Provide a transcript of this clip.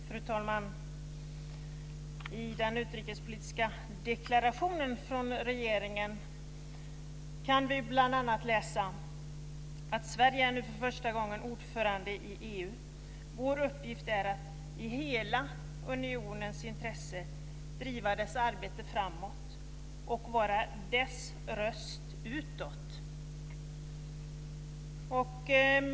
Fru talman! I den utrikespolitiska deklarationen från regeringen kan vi bl.a. läsa att Sverige nu för första gången är ordförande i EU och att vår uppgift är att i hela unionens intresse driva dess arbete framåt och vara dess röst utåt.